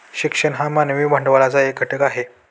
शिक्षण हा मानवी भांडवलाचा एक घटक आहे